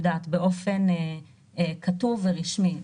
באופן כתוב ורשמי.